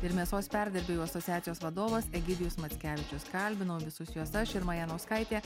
ir mėsos perdirbėjų asociacijos vadovas egidijus mackevičius kalbinau visus juos aš irma janauskaitė